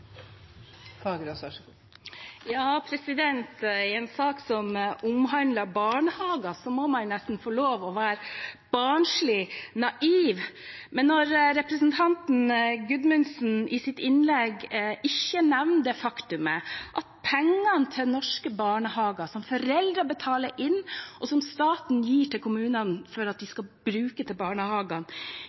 Fagerås har hatt ordet to ganger tidligere og får ordet til en kort merknad, avgrenset til 1 minutt. I en sak som omhandler barnehager, må man nesten få lov til å være barnslig naiv, men når representanten Gudmundsen i sitt innlegg ikke nevner det faktum at pengene til norske barnehager, som foreldrene betaler inn, og som staten gir til kommunene for at de skal